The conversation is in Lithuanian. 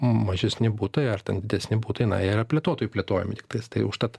mažesni butai ar ten didesni butai na jie yra plėtotojų plėtojami tiktais tai užtat